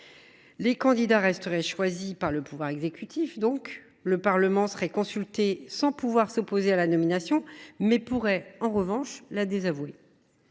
Le candidat resterait choisi par le pouvoir exécutif. Le Parlement serait consulté sans pouvoir s’opposer à sa nomination, mais il pourrait en revanche le désavouer.